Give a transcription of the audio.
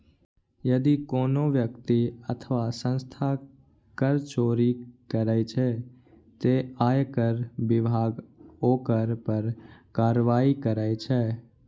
यदि कोनो व्यक्ति अथवा संस्था कर चोरी करै छै, ते आयकर विभाग ओकरा पर कार्रवाई करै छै